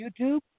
YouTube